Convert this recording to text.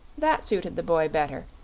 that suited the boy better,